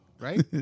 right